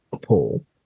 Paul